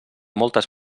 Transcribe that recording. moltes